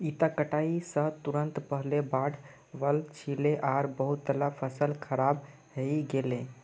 इता कटाई स तुरंत पहले बाढ़ वल छिले आर बहुतला फसल खराब हई गेले